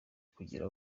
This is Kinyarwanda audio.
kugira